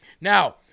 Now